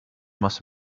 must